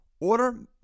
Order